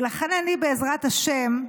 לכן אני, בעזרת השם,